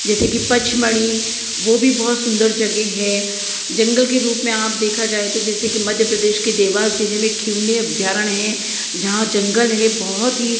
जैसे कि पचमणि वो भी बहुत सुंदर जगह है जंगल के रूप में आप देखा जाए तो मध्य प्रदेश के देवास जिले में खिवनी अभयारण्य है जंगल है बहुत ही